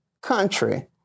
country